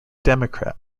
democrat